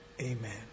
amen